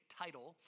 title